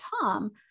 Tom